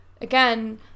again